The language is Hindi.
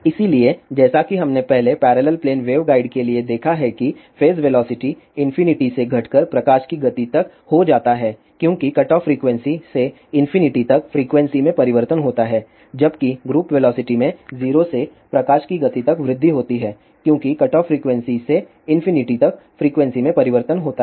इसलिए जैसा कि हमने पहले पैरेलल प्लेन वेवगाइड के लिए देखा है कि फेज वेलोसिटी इंफिनिटी से घटकर प्रकाश की गति तक हो जाता है क्योंकि कटऑफ फ्रीक्वेंसी से इंफिनिटी तक फ्रीक्वेंसी में परिवर्तन होता है जबकि ग्रुप वेलोसिटी में 0 से प्रकाश की गति तक वृद्धि होती है क्योंकि कटऑफ फ्रीक्वेंसी से इंफिनिटी तक फ्रीक्वेंसी में परिवर्तन होता है